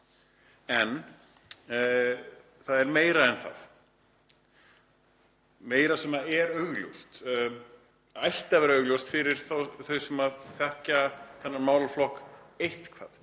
En það er meira en það, meira sem er augljóst, ætti að vera augljóst fyrir þau sem þekkja þennan málaflokk eitthvað.